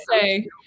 say